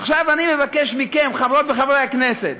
עכשיו, אני מבקש מכם, חברות וחברי הכנסת: